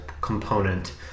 component